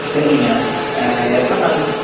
சரிங்க எத்தனை நாளுங்க